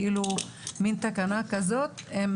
מין תקנה כזאת,